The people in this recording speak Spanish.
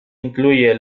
incluye